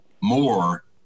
more